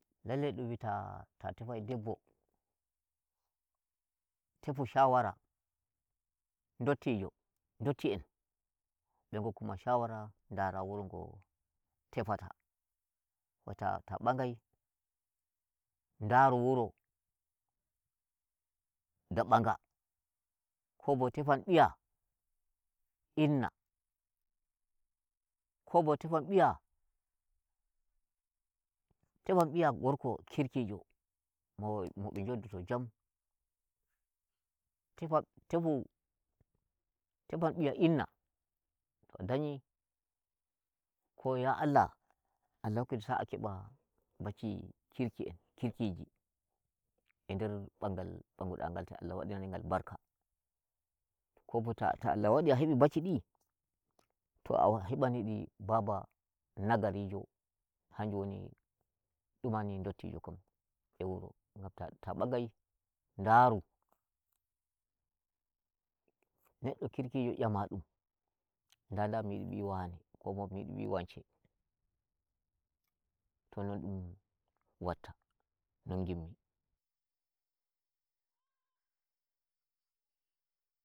Lallai dum wi ta tefai debbo, tefu shawara dottijo dotti'en, be ngokku ma shawara ndara wuro ngo tefata, ta taa mbagai ndaru wuro da mbanga. Ko ba tefan mbiya inna, ko bo tefan mbiya tefan mbiya gorko kirkijo mo mo be njodoto jam, tefa tefuu teefan mbiya inna to o danyi ko, ya Allah, Allah hokku en sa'a ke baa bacci kirki en kirkiji e nder mɓangal mbaguda ngak to Allah wadani ngal barka. ko bo ta ta Allah wani a hebi bacci din to a hebani di baba nagarijo. Hanjum woni dumani dottijo kam e wuro ngam, ta mbagai ndaru neɗɗo kirkijo nyama dum nda nda mi yidu mbi wane, ko bo mi yidu mbi wance to n dum watta non gimmi.